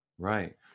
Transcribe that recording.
Right